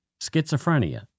Schizophrenia